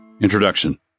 Introduction